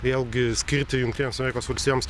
vėlgi skirti jungtinėms amerikos valstijoms